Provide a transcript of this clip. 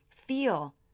Feel